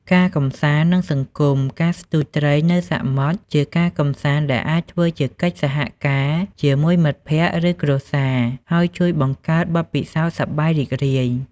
ការកម្សាន្ត និងសង្គម ការស្ទូចត្រីនៅសមុទ្រជាការកម្សាន្តដែលអាចធ្វើជាកិច្ចសហការជាមួយមិត្តភក្តិ ឬគ្រួសារ ហើយជួយបង្កើតបទពិសោធន៍សប្បាយរីករាយ។